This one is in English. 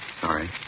Sorry